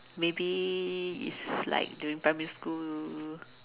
maybe it's like during primary school